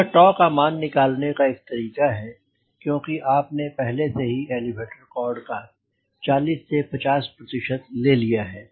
यह का मान निकालने का एक तरीका है क्योंकि आपने पहले से ही एलीवेटर कॉर्ड का 40 से 50 प्रतिशत ले लिया है